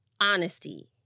Honesty